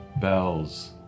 Bells